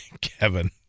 Kevin